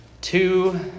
two